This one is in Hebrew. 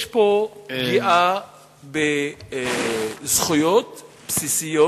יש פה פגיעה בזכויות בסיסיות,